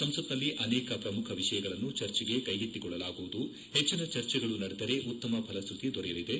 ಸಂಸತ್ನಲ್ಲಿ ಅನೇಕ ಶ್ರಮುಖ ವಿಷಯಗಳನ್ನು ಚರ್ಚೆಗೆ ಕೈಗೆತ್ತಿಕೊಳ್ಳಲಾಗುವುದು ಹೆಚ್ಚಿನ ಚರ್ಚೆಗಳು ನಡೆದರೆ ಉತ್ತಮ ಫಲಶೃತಿ ದೊರೆಯಲಿದೆ